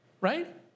Right